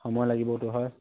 সময় লাগিবতো হয়